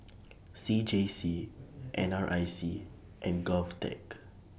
C J C N R I C and Govtech